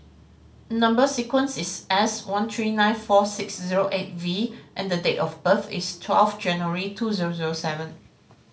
number sequence is S one three nine four six zero eight V and date of birth is twelve January two zero zero seven